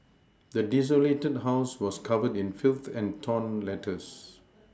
the desolated house was covered in filth and torn letters